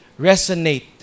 resonate